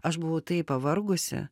aš buvau taip pavargusi